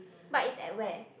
but is at where